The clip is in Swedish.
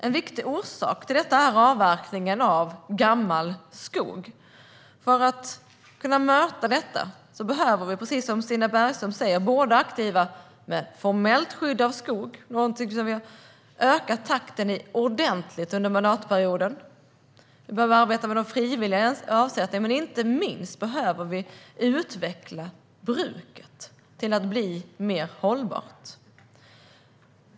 En viktig orsak till detta är avverkningen av gammal skog. För att kunna möta detta behöver vi, precis som Stina Bergström säger, både vara aktiva med formellt skydd av skog, vilket är någonting som vi har ökat takten i ordentligt under mandatperioden, och med att arbeta med de frivilliga avsättningarna, men inte minst behöver vi utveckla bruket till att bli mer hållbart.